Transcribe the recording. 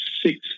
six